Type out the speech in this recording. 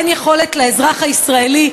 אין יכולת לאזרח הישראלי,